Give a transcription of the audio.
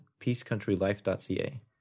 peacecountrylife.ca